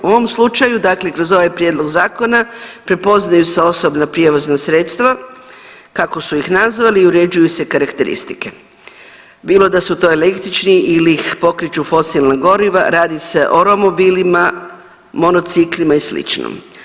U ovom slučaju, dakle kroz ovaj prijedlog zakona prepoznaju se osobna prijevozna sredstva kako su ih nazvali i uređuju se karakteristike, bilo da su to električni ili ih pokreću fosilna goriva, radi se o romobilima, monociklima i sličnom.